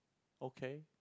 okay